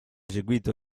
eseguito